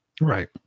Right